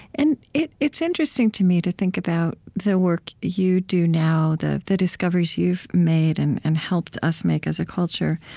and it's interesting to me to think about the work you do now, the the discoveries you've made and and helped us make as a culture.